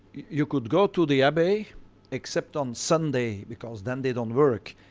you could go to the abbey except on sunday because then they don't work,